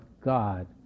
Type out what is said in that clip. God